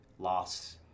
Loss